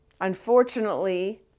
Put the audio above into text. unfortunately